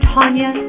Tanya